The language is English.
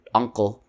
uncle